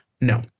No